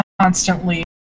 constantly